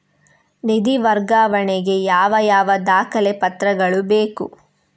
ನಿಧಿ ವರ್ಗಾವಣೆ ಗೆ ಯಾವ ಯಾವ ದಾಖಲೆ ಪತ್ರಗಳು ಬೇಕು?